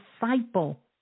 disciple